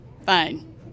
Fine